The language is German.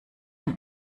dem